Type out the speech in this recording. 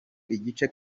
igice